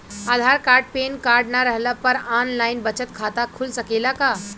आधार card PAN card न रहला पर आन लाइन बचत खाता खुल सकेला का?